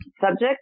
subject